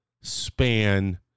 span